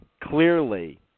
clearly